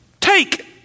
Take